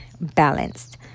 Balanced